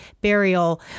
burial